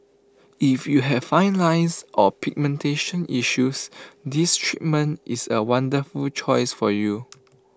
if you have fine lines or pigmentation issues this treatment is A wonderful choice for you